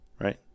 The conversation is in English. right